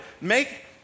Make